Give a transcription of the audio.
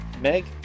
Meg